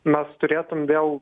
mes turėtum vėl